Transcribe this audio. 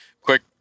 quick